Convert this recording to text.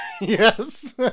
Yes